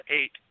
eight